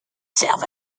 servent